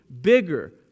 bigger